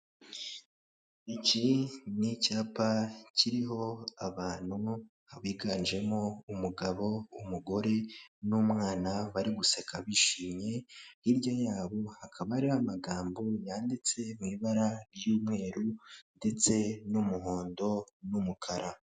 Iki ni icyapa kiriho abantu biganjemo umugabo, umugore n'umwana bari guseka bishimye hirya yabo akaba hariho amagambo yanditse mu ibara ry'umweru ndetse n'umuhondo n'umukara.